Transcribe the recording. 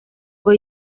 ngo